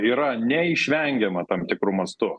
yra neišvengiama tam tikru mastu